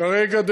כרגע,